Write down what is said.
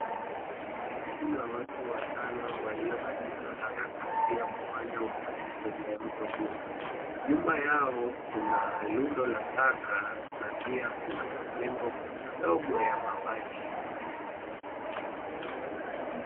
Kuna watu watano walio katika harakati ya kufanya usafi kwenye mto huu. Nyuma yao kuna rundo la taka na pia kuna majengo madogo ya mabati.